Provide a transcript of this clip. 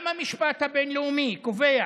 גם המשפט הבין-לאומי קובע